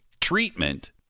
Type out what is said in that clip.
treatment